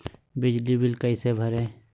बिजली बिल कैसे भरिए?